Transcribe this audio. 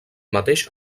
mateix